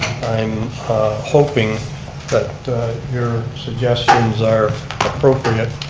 i'm hoping that your suggestions are appropriate.